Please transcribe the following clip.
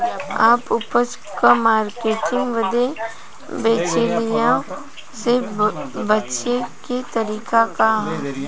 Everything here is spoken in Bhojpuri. आपन उपज क मार्केटिंग बदे बिचौलियों से बचे क तरीका का ह?